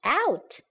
out